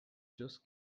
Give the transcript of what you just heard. just